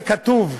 כתוב,